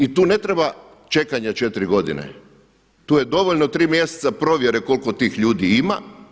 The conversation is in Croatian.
I tu ne treba čekanje 4 godine, tu je dovoljno 3 mjeseca provjere koliko tih ljudi ima.